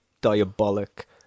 diabolic